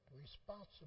responsible